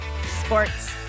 Sports